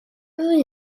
ddwy